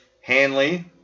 Hanley